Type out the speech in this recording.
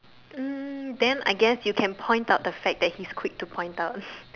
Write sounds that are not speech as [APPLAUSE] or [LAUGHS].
mm then I guess you can point out the fact that he's quick to point out [LAUGHS]